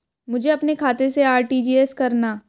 मुझे अपने खाते से आर.टी.जी.एस करना?